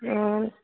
অঁ